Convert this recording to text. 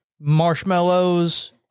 marshmallows